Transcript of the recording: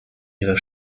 ihrer